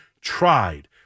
tried